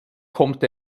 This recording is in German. kommt